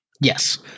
Yes